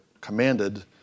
commanded